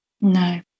No